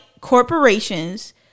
corporations